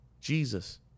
Jesus